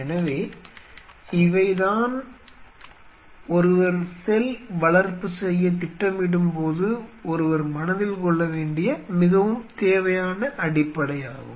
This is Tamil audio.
எனவே இவைதான் ஒருவர் செல் வளர்ப்பு செய்யத் திட்டமிடும் போது ஒருவர் மனதில் கொள்ள வேண்டிய மிகவும் தேவையான அடிப்படையாகும்